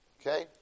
Okay